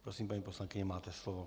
Prosím, paní poslankyně, máte slovo.